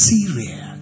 Syria